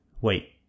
wait